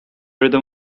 rhythm